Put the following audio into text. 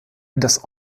das